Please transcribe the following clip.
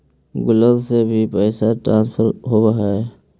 Google से भी पैसा ट्रांसफर होवहै?